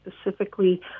specifically